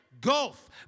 Gulf